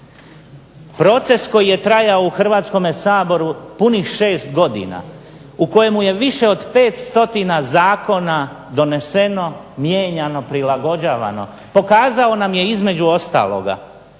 Proces koji je trajao u Hrvatskome saboru punih 6 godina, u kojemu je više od 500 zakona doneseno, mijenjano, prilagođavano, pokazao nam je između ostaloga